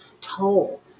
toll